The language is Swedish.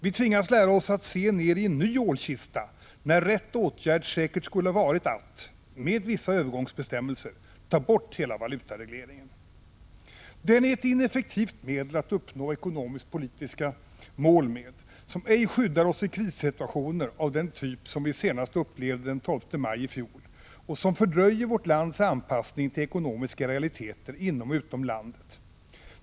Vi tvingas lära oss att se ned i en ny ålkista, när rätt åtgärd säkert skulle ha varit att — med vissa övergångsbestämmelser — ta bort hela valutaregleringen. Valutaregleringen är ett ineffektivt medel att uppnå ekonomisk-politiska mål, som ej skyddar oss i krissituationer av den typ vi senast upplevde den 12 maj i fjol och som fördröjer vårt lands anpassning till ekonomiska realiteter inom och utom landet.